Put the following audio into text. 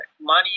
money